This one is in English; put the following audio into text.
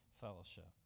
fellowship